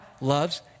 loves